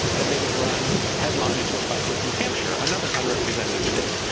then they would run headlong into a fight with new hampshire, another unrepresentative state,